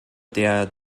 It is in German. der